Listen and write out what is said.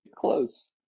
close